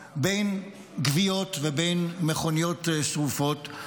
בין גוויות ובין מכוניות שרופות,